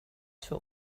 für